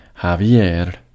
Javier